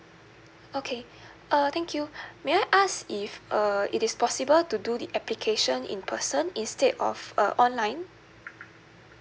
okay uh thank you may I ask if uh it is possible to do the application in person instead of uh online